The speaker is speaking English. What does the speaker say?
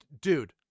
Dude